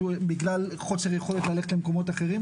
בגלל חוסר יכולת ללכת למקומות אחרים,